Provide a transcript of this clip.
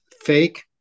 fake